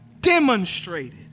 demonstrated